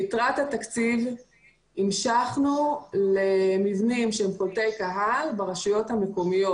ביתרת התקציב המשכנו למבנים שהם קולטי קהל ברשויות המקומיות.